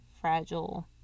fragile